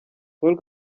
paul